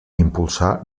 impulsar